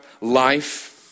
life